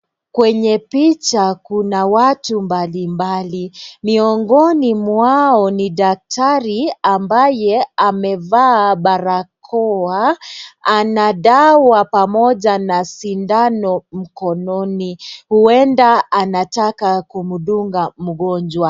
Kwenye picha kuna watu mbalimbali, miongoni mwao ni daktari ambaye amevaa barakoa ana dawa pamoja na sindano mkononi. Hueda anataka kumdunga mgonjwa.